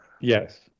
Yes